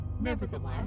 Nevertheless